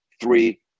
three